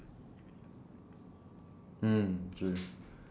mm true